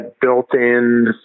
built-in